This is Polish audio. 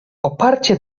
oparcie